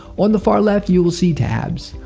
on the far left, you will see tabs.